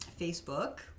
Facebook